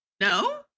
No